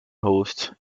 host